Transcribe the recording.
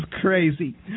crazy